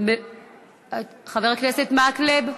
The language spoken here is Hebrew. חבר הכנסת מקלב,